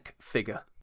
figure